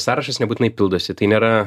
sąrašas nebūtinai pildosi tai nėra